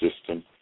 system